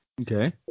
okay